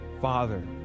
father